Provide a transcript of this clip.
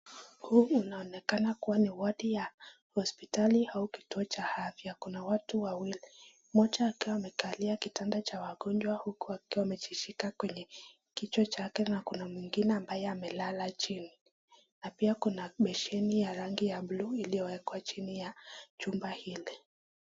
Kunaonekana kuwa ni wadi ya hospitali au kituo cha afya. Kuna watu wawili mmoja akiwa amekalia kitanda cha wagonjwa huku akiwa amejishika kwenye kichwa chake na kuna mwingine ambaye amelala chini na pia kuna besheni ya rangi ya buluu iliyowekwa chini ya chumba hili.